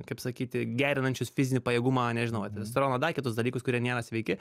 kaip sakyti gerinančius fizinį pajėgumą nežinau ar testosteroną ar dar kitus dalykus kurie nėra sveiki